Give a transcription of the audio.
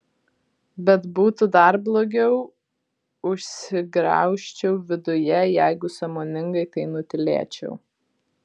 bet būtų dar blogiau užsigraužčiau viduje jeigu sąmoningai tai nutylėčiau